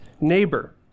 neighbor